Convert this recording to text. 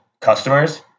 customers